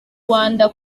rwanda